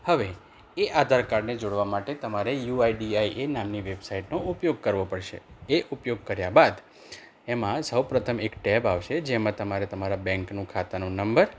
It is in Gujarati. હવે એ આધાર કાર્ડને જોડવા માટે તમારે યુઆઈડીએઆઈ નામની વેબસાઈટનો ઉપયોગ કરવો પડશે એ ઉપયોગ કર્યા બાદ એમા સૌપ્રથમ એક ટેબ આવશે જેમાં તમારે તમારા બેંકનો ખાતાનો નંબર